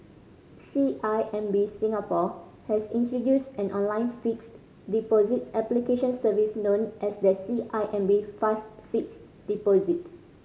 C I M B Singapore has introduced an online fixed deposit application service known as the C I M B Fast Fixed Deposit